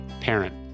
parent